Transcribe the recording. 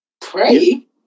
Pray